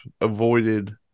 avoided